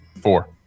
Four